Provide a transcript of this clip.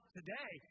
today